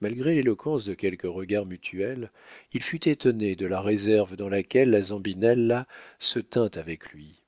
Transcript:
malgré l'éloquence de quelques regards mutuels il fut étonné de la réserve dans laquelle la zambinella se tint avec lui